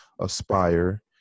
aspire